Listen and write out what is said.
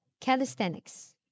Calisthenics